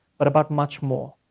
but about much more.